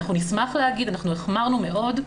אנחנו נשמח להגיד, אנחנו החמרנו מאוד.